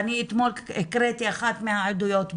אני אתמול הקראתי אחת מהעדויות במליאה.